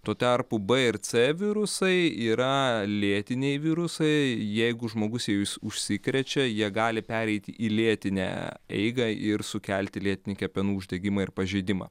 tuo tarpu b ir c virusai yra lėtiniai virusai jeigu žmogus jais užsikrečia jie gali pereiti į lėtinę eigą ir sukelti lėtinį kepenų uždegimą ir pažeidimą